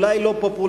אולי לא פופולרי,